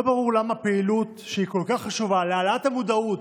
לא ברור למה פעילות שהיא כל כך חשובה להעלאת המודעות,